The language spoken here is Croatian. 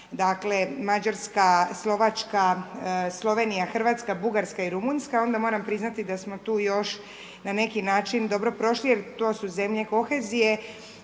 dakle Mađarska, Slovačka, Slovenija, Hrvatska, Bugarska i Rumunjska, onda moram priznati da smo tu još na neki način dobro prošli jer to su zemlje kohezije,